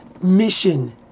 mission